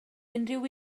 unrhyw